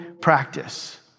practice